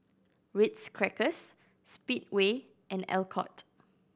Ritz Crackers Speedway and Alcott